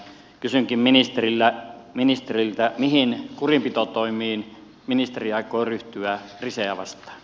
kysynkin ministeriltä mihin kurinpitotoimiin ministeri aikoo ryhtyä riseä vastaan